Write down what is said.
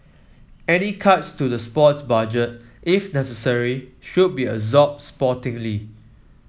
any cuts to the sports budget if necessary should be absorbed sportingly